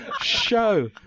show